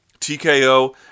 TKO